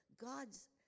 God's